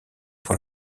pour